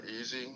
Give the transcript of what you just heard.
easy